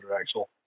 axle